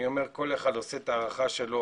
אני אומר כל אחד עושה את ההערכה שלו.